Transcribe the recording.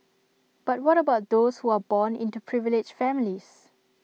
but what about those who are born into privileged families